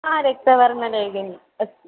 आ दश वर्णलेखन्यः अस्